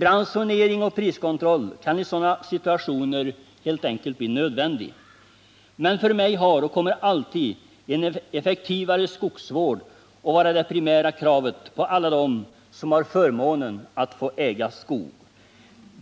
Ransonering och priskontroll kan i sådana situationer helt enkelt bli nödvändig, men för mig har en effektivare skogsvård alltid varit och kommer alltid att vara det primära kravet på alia dem som har förmånen att äga skog.